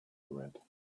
red